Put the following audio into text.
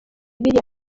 biriya